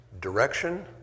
Direction